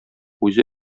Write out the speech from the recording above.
үзе